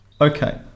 Okay